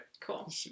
cool